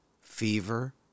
fever